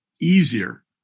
easier